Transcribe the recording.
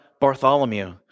Bartholomew